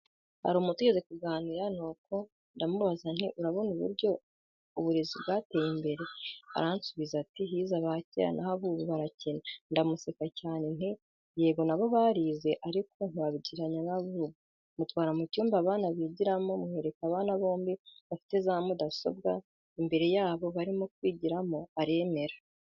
Hari umuntu twigeze kuganira nuko nzakumubaza nti urabona uburyo uburezi bwateye imbere aransubiza ati hize abakera naho abubu barakina ndamuseka cyane nti yego nabo barize ariko ntiwabigereranya nabubu mutwara mucyumba abana bigiramo mwereka abana bombi bafite zamudasobwa imbere yabo barimo kwigiramo aremra.